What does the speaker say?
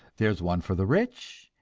there is one for the rich,